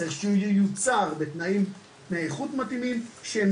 צריך שהוא ייוצר בתנאי איכות מתאמים שהם